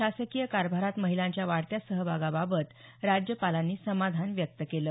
शासकीय कारभारात महिलांच्या वाढत्या सहभागाबाबत राज्यपालांनी समाधान व्यक्त केलं